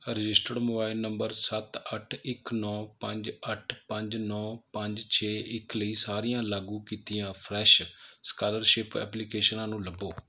registered mobile number ਸੱਤ ਅੱਠ ਇੱਕ ਨੌਂ ਪੰਜ ਅੱਠ ਪੰਜ ਨੌਂ ਪੰਜ ਛੇ ਇੱਕ ਲਈ ਸਾਰੀਆਂ ਲਾਗੂ ਕੀਤੀਆਂ ਫਰੈੱਸ਼ ਸਕਾਲਰਸ਼ਿਪ ਐਪਲੀਕੇਸ਼ਨਾਂ ਨੂੰ ਲੱਭੋ